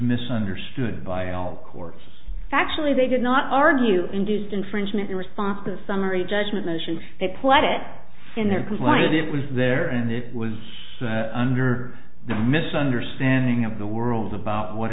misunderstood by all course actually they did not argue induced infringement in response to summary judgment motion they played it in their quiet it was there and it was under the misunderstanding of the world about what